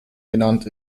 benannt